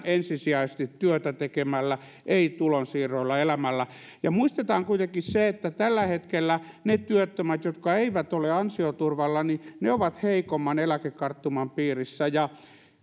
ensisijaisesti työtä tekemällä ei tulonsiirroilla elämällä muistetaan kuitenkin se että tällä hetkellä ne työttömät jotka eivät ole ansioturvalla ovat heikomman eläkekarttuman piirissä ja